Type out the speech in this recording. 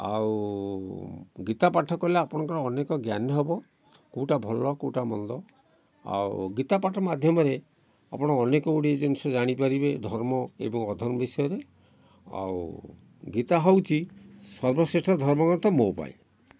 ଆଉ ଗୀତା ପାଠ କଲେ ଆପଣଙ୍କର ଅନେକ ଜ୍ଞାନ ହେବ କେଉଁଟା ଭଲ କେଉଁଟା ମନ୍ଦ ଆଉ ଗୀତ ପାଠ ମାଧ୍ୟମରେ ଆପଣ ଅନେକଗୁଡ଼ିଏ ଜିନିଷ ଜାଣିପାରିବେ ଧର୍ମ ଏବଂ ଅଧର୍ମ ବିଷୟରେ ଆଉ ଗୀତା ହେଉଛି ସର୍ବଶ୍ରେଷ୍ଠ ଧର୍ମଗ୍ରନ୍ଥ ମୋ ପାଇଁ